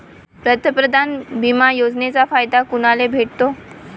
पंतप्रधान बिमा योजनेचा फायदा कुनाले भेटतो?